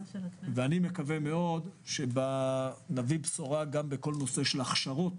אני מקווה מאוד שנביא בשורה גם בכל נושא ההכשרות